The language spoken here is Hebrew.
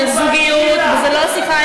אבל זה לא משנה,